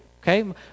okay